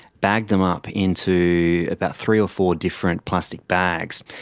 bagged them up into about three or four different plastic bags.